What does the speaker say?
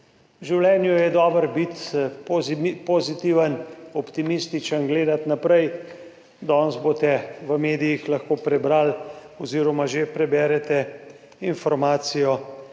življenju je dobro biti pozitiven, optimističen, gledati naprej. Danes boste v medijih lahko prebrali oziroma že lahko preberete informacijo,